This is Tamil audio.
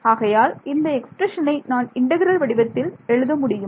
ஆகையால் இந்த எக்ஸ்பிரஷனை நான் இன்டெக்ரல் வடிவத்தில் எழுத முடியும்